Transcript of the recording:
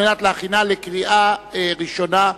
לשם הכנתה לקריאה ראשונה.